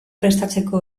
prestatzeko